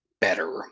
better